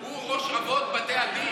הוא ראש אבות בתי הדין.